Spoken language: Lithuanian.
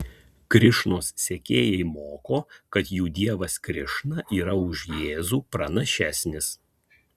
krišnos sekėjai moko kad jų dievas krišna yra už jėzų pranašesnis